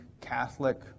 Catholic